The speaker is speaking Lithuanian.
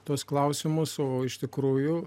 tuos klausimus o iš tikrųjų